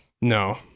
No